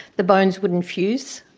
the bones wouldn't fuse.